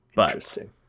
Interesting